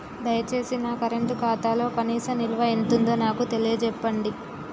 దయచేసి నా కరెంట్ ఖాతాలో కనీస నిల్వ ఎంతుందో నాకు తెలియచెప్పండి